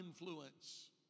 influence